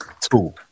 Two